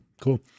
cool